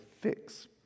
fix